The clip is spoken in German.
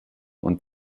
und